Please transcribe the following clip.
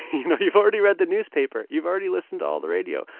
you know you've already read the newspaper. you've already listened to all the radio.